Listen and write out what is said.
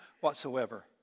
whatsoever